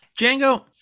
Django